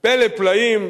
פלא פלאים,